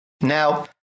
Now